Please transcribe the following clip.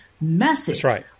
message